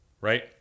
right